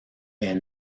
est